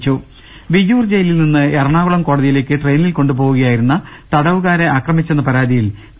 രുട്ട്ട്ട്ട്ട്ട്ട്ട്ട വിയ്യൂർ ജയിലിൽ നിന്ന് എറണാകുളം കോടതിയിലേക്ക് ട്രെയിനിൽ കൊണ്ടുപോകുകയായിരുന്ന തടവുകാരെ ആക്രമിച്ചെന്ന പരാതിയിൽ ടി